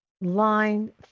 Line